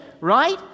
right